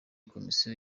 komisiyo